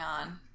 on